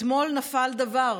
אתמול נפל דבר: